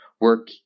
work